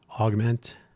augment